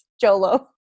Jolo